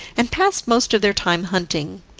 and passed most of their time hunting.